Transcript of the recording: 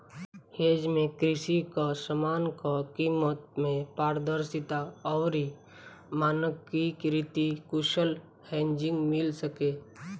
hedge में कृषि कअ समान कअ कीमत में पारदर्शिता अउरी मानकीकृत कुशल हेजिंग मिल सके